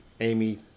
Amy